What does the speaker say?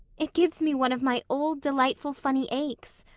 it gives me one of my old, delightful funny aches.